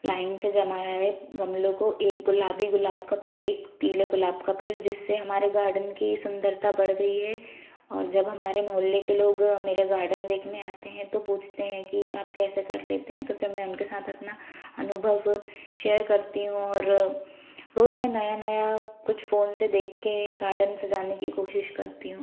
line से जमाया है गमलों को एक गुलाबी गुलाब का पेड़ एक पीला गुलाब का पेड़ जिससे हमारे गार्डन की सुन्दरता बढ़ गई हे और जब हमारे मोहल्ले के लोग मेरा गार्डन देखने आते हैं तो पूछते हैं कि आप कैसे कर लेते हैं तो फिर मैं उनके साथ अपना अनुभव शेयर करती हूँ और रोज़ मैं नया नया कुछ फोन से देखके गार्डन सजाने की कोशिश करती हूँ